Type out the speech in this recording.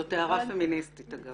זו הערה פמיניסטית, אגב.